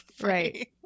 right